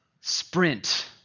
sprint